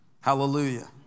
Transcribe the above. Hallelujah